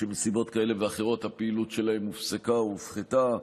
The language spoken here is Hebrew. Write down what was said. שמסיבות כאלו ואחרות הפעילות שלהם הופסקה או הופחתה,